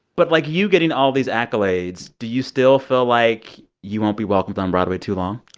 but, like, you getting all these accolades do you still feel like you won't be welcomed on broadway too long?